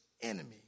enemy